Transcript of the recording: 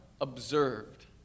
observed